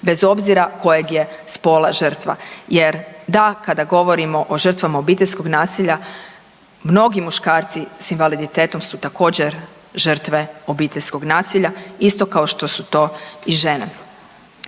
bez obzira kojeg je spola žrtva. Jer da kada govorimo o žrtvama obiteljskog nasilja, mnogi muškarci s invaliditetom su također žrtve obiteljskog nasilja isto kao što su to i žene.